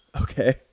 okay